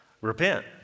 repent